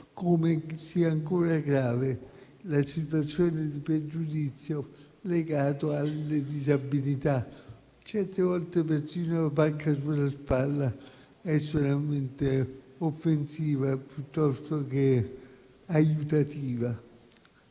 come sia ancora grave la situazione del pregiudizio legato alle disabilità. Certe volte persino una pacca sulla spalla può risultare offensiva piuttosto che di aiuto.